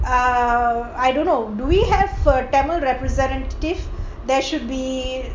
ugh I don't know do we have a tamil representative there should be